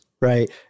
right